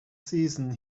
season